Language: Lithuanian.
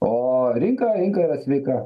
o rinka rinka yra sveika